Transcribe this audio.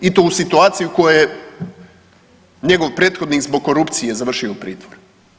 I to u situaciji koja njegov prethodnik zbog korupcije završio u pritvoru?